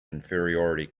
inferiority